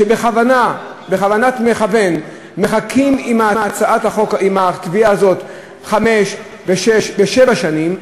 שבכוונת מכוון מחכים עם התביעה הזאת חמש ושש ושבע שנים,